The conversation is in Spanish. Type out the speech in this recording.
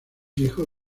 hijo